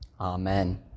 Amen